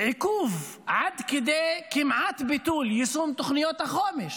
עיכוב, עד כדי כמעט ביטול יישום תוכניות החומש,